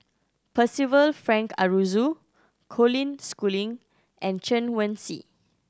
Percival Frank Aroozoo Colin Schooling and Chen Wen Hsi